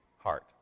heart